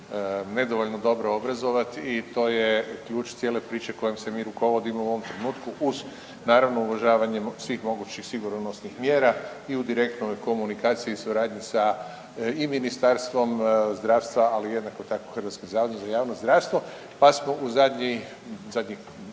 i to je ključ cijele priče kojim se mi rukovodimo u ovom trenutku uz naravno uvažavanje svih mogućih sigurnosnih mjera i u direktnoj komunikaciji, suradnji sa i Ministarstvom zdravstva, ali jednako tako i Hrvatskim zavodom za javno zdravstvo pa smo u zadnjih